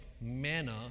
manna